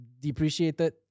depreciated